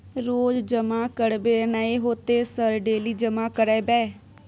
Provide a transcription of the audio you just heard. रोज जमा करबे नए होते सर डेली जमा करैबै?